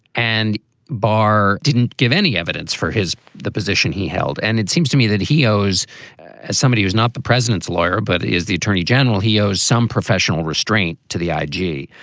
and barr didn't give any evidence for his the position he held. and it seems to me that he knows somebody who's not the president's lawyer, but is the attorney general. he owes some professional restraint to the i g.